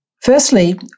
Firstly